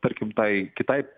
tarkim tai kitai